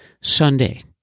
Sunday